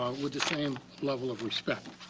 with the same level of respect.